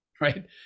Right